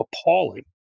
appalling